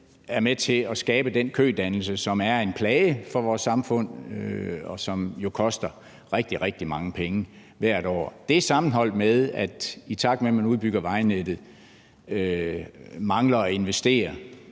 er med til at skabe den kødannelse, som er en plage for vores samfund, og som jo koster rigtig, rigtig mange penge hvert år, og at man så mangler at investere